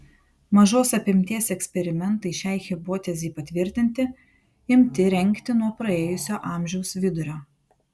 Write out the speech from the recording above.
mažos apimties eksperimentai šiai hipotezei patvirtinti imti rengti nuo praėjusio amžiaus vidurio